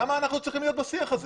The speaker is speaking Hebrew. למה אנחנו צריכים להיות בשיח הזה?